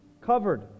covered